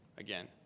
again